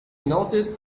noticed